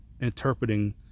interpreting